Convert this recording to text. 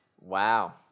Wow